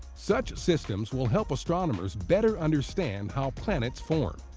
such systems will help astronomers better understand how planets form.